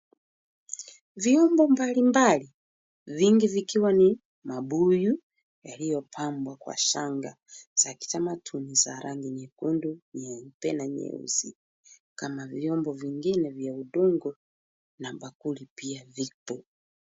Vyombo mbalimbali. Vingi vikiwa ni, mabuyu, yaliyopambwa kwa shanga za kitamaduni za rangi nyekundu nyeupe na nyeusi. Kama vyombo vingine vya udongo na bakuli pia vipo.